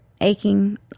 aching